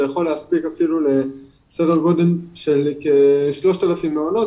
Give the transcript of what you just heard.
זה יכול להספיק אפילו לסדר גודל של כ-3,000 מעונות,